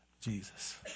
Jesus